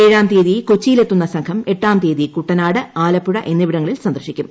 ഏഴാം തീയതി കൊച്ചിയിലെത്തുന്ന സംഘം എട്ടാം തീയതി കുട്ടനാട് ആലപ്പുഴ എന്നിവിടങ്ങളിൽ സന്ദർശിക്കും